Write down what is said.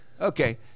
Okay